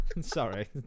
Sorry